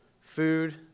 food